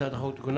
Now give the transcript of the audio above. הצעת החוק אושרה.